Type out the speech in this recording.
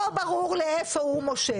שלא ברור לאיפה הוא מושך.